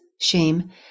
shame